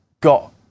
got